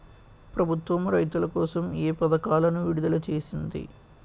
ప్రభుత్వం రైతుల కోసం ఏ పథకాలను విడుదల చేసింది?